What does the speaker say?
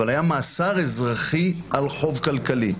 אבל היה מאסר אזרחי על חוב כלכלי.